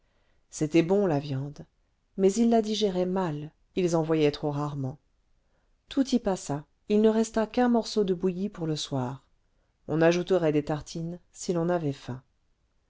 c'était bon la viande mais ils la digéraient mal ils en voyaient trop rarement tout y passa il ne resta qu'un morceau de bouilli pour le soir on ajouterait des tartines si l'on avait faim